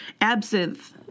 Absinthe